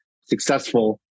successful